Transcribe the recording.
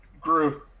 grew